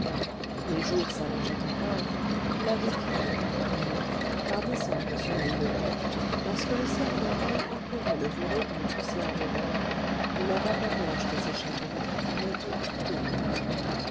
les jours s'allongeaient encore il avait fini en mai par descendre au soleil levant lorsque le ciel vermeil éclairait le voreux d'une poussière d'aurore où la vapeur blanche des échappements montait toute rose